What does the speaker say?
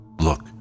Look